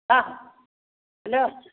ಹಾಂ ಅಲೋ